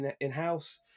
in-house